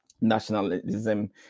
nationalism